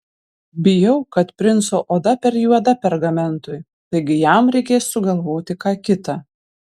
bijau kad princo oda per juoda pergamentui taigi jam reikės sugalvoti ką kita